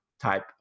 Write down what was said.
type